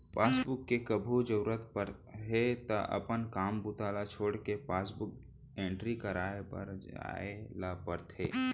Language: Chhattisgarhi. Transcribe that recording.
पासबुक के कभू जरूरत परगे त अपन काम बूता ल छोड़के पासबुक एंटरी कराए बर जाए ल परथे